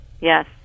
Yes